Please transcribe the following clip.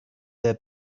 their